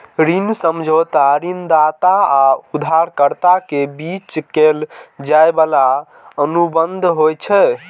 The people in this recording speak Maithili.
ऋण समझौता ऋणदाता आ उधारकर्ता के बीच कैल जाइ बला अनुबंध होइ छै